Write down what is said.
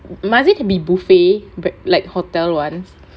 must it be buffet like hotel [one]